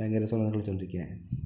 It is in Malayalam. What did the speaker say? ഭയങ്കര രസാണ് അത് കളിച്ചോണ്ടിരിക്കാൻ